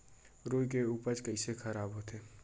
रुई के उपज कइसे खराब होथे?